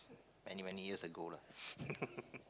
many many years ago lah